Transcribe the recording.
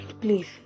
Please